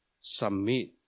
submit